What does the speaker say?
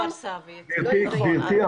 גבירתי,